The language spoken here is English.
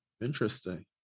Interesting